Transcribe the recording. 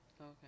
Okay